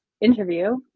interview